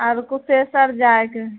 आओर कुशेशर जायके है